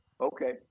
Okay